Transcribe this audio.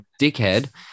dickhead